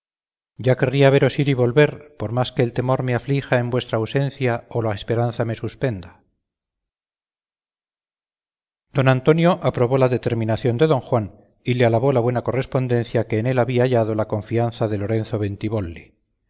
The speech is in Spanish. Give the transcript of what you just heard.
ya querría veros ir y volver por más que el temor me aflija en vuestra ausencia o la esperanza me suspenda don antonio aprobó la determinación de don juan y le alabó la buena correspondencia que en él había hallado la confianza de lorenzo